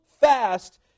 fast